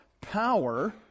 power